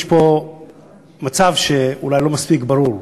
יש פה מצב שאולי הוא לא מספיק ברור: